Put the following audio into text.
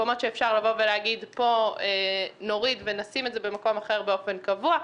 מקומות שאפשר להגיד עליהם שמפה נוריד ונעביר למקום אחר באופן קבוע,